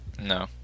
No